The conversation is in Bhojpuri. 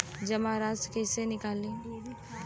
जमा राशि कइसे निकली?